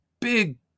big